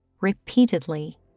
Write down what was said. Repeatedly